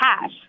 cash